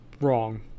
wrong